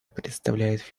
представляет